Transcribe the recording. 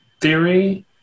theory